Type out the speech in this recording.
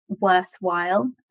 worthwhile